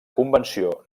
convenció